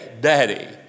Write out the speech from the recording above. daddy